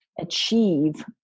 achieve